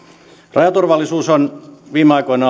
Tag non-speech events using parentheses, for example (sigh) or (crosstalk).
rajaturvallisuus on viime aikoina (unintelligible)